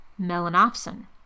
melanopsin